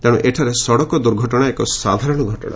ତେଣୁ ଏଠାରେ ସଡ଼କ ଦୁର୍ଘଟଣା ଏକ ସାଧାରଣ ଘଟଣା